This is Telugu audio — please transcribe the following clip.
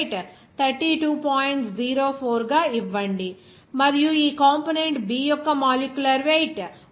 04 గా ఇవ్వండి మరియు ఈ కంపోనెంట్ B యొక్క మాలిక్యులర్ వెయిట్ 46